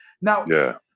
Now